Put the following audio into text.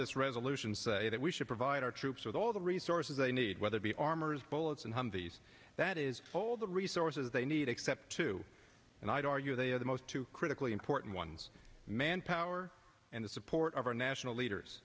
this resolution saying that we should provide our troops with all the resources they need whether the armor is quotes and humvees that is whole the resources they need except two and i don't argue they are the most to critically important ones manpower and the support of our national leaders